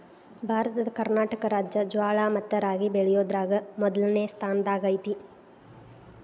ಭಾರತದ ಕರ್ನಾಟಕ ರಾಜ್ಯ ಜ್ವಾಳ ಮತ್ತ ರಾಗಿ ಬೆಳಿಯೋದ್ರಾಗ ಮೊದ್ಲನೇ ಸ್ಥಾನದಾಗ ಐತಿ